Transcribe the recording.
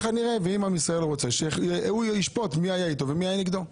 ועם ישראל ישפוט מי היה איתו ומי היה נגדו.